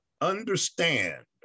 understand